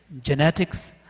genetics